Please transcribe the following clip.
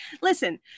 Listen